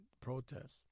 protests